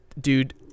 dude